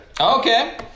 Okay